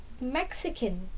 Mexican